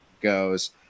goes